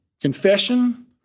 Confession